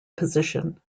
position